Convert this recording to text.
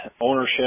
Ownership